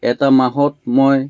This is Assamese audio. এটা মাহত মই